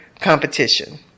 competition